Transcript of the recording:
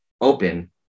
open